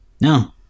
No